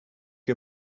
you